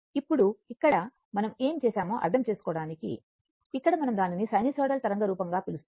ఇప్పుడు ఇక్కడ మనం ఏమి చేశామో అర్థం చేసుకోవడానికి ఇక్కడ మనం దానిని సైనూసోయిడల్ తరంగ రూపంగా పిలుస్తాము